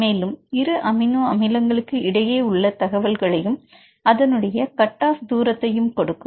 மேலும் இரு அமினோ அமிலங்களுக்கு இடையே உள்ள தகவல்களையும் அதனுடைய கட் ஆஃப் தூரத்தையும் கொடுக்கும்